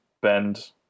bend